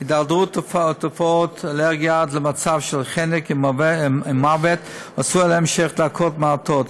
הידרדרות תופעות האלרגיה עד למצב של חנק ומוות עשויה להימשך דקות מעטות.